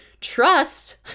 Trust